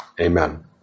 Amen